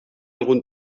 algun